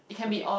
okay